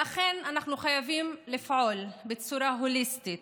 ואכן, אנחנו חייבים לפעול בצורה הוליסטית,